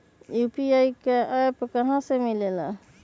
UPI का app कहा से मिलेला?